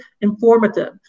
informative